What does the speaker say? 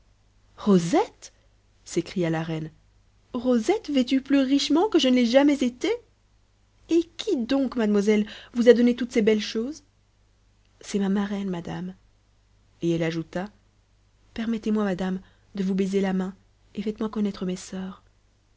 rosette s'écria la reine rosette vêtue plus richement que je ne l'ai jamais été et qui donc mademoiselle vous a donné toutes ces belles choses c'est ma marraine madame et elle ajouta permettez-moi madame de vous baiser la main et faites-moi connaître mes soeurs